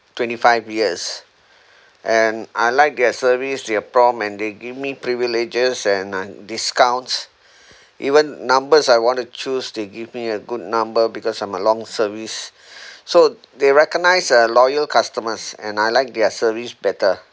twenty five years and I like their service they're prompt and they give me privileges and uh discounts even numbers I want to choose they give me a good number because I'm a long service so they recognise uh loyal customers and I like their service better